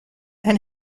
and